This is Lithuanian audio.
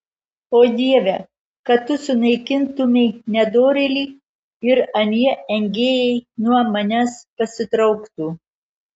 o dieve kad tu sunaikintumei nedorėlį ir anie engėjai nuo manęs pasitrauktų